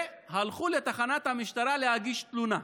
והלכו לתחנת המשטרה להגיש תלונה.